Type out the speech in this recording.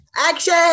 Action